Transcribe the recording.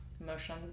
emotion